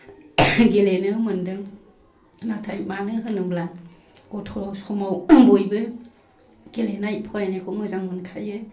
गेलेनो मोनदों नाथाय मानो होनोब्ला गथ' समाव बयबो गेलेनाय फरायनायखौ मोजां मोनखायो